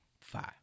Five